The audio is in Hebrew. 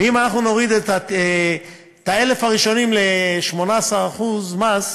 ואם אנחנו נוריד את ה-1,000 הראשונים ל-18% מס,